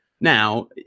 Now